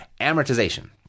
amortization